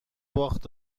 باخت